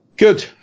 Good